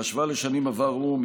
בהשוואה לשנים עברו,